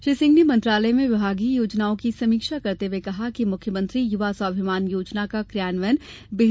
श्री सिंह ने मंत्रालय में विभागीय योजनाओं की समीक्षा करते हुए कहा कि मुख्यमंत्री युवा स्वाभिमान योजना का क्रियान्वयन बेहतर ढंग से किया जाये